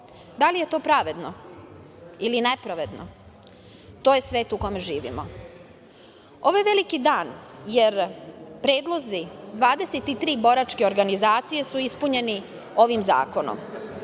Da li je to pravedno ili nepravedno, to je svet u kome živimo. Ovo je veliki dan, jer predlozi 23 boračke organizacije su ispunjeni ovim zakonom. Ovim